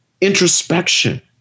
introspection